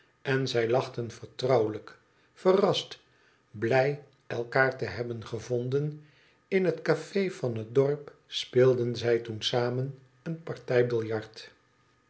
en zij lachten vertrouwelijk verrast blij elkaar te hebben gevonden in het cafe van het dorp speelden zij toen samen een partij